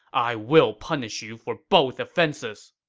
i will punish you for both offenses!